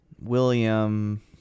William